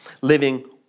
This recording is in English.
Living